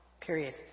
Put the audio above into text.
Period